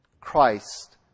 Christ